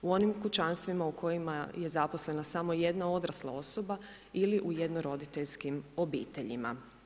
U onim kućanstvima u kojima je zaposlena samo jedna odrasla osoba ili u jednoroditeljskim obiteljima.